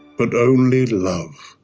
but only love.